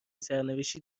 سرنوشتی